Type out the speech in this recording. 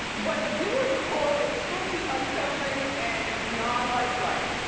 but the viewers are calling it spooky, unsettling, and non lifelike.